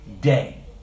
day